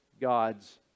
God's